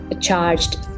charged